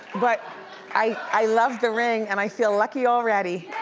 but i i love the ring and i feel lucky already.